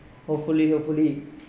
hopefully hopefully